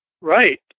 Right